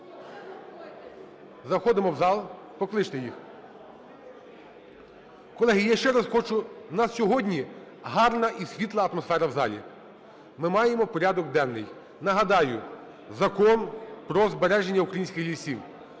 Заходимо в зал, покличте їх. Колеги, я ще раз хочу, в нас сьогодні гарна і світла атмосфера в залі. Ми маємо порядок денний. Нагадаю: Закон про збереження українських лісів,